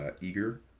eager